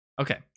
Okay